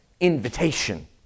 invitation